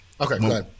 okay